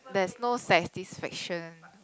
there's no satisfaction